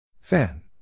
Fan